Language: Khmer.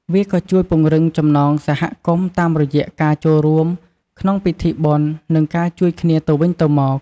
វាក៏ជួយពង្រឹងចំណងសហគមន៍តាមរយៈការចូលរួមក្នុងពិធីបុណ្យ និងការជួយគ្នាទៅវិញទៅមក។